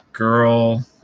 girl